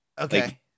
Okay